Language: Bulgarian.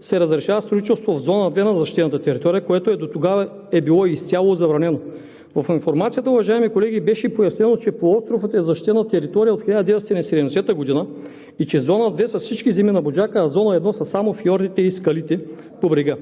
се разрешава строителство в Зона 2 на защитената територия, което дотогава е било изцяло забранено. В информацията, уважаеми колеги, беше пояснено, че полуостровът е защитена територия от 1970 г. и че в Зона 2 са всички земи на Буджака, а в Зона 1 са само фиордите и скалите по брега.